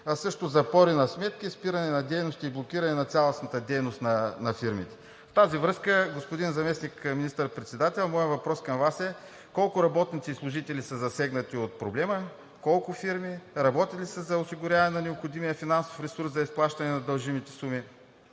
а също запори на сметки, спиране на дейности и блокиране на цялостната дейност на фирмите. В тази връзка, господин Заместник министър-председател, моят въпрос към Вас е: колко работници и служители са засегнати от проблема; колко фирми; работи ли се за осигуряване на необходимия финансов ресурс за изплащане на дължимите суми;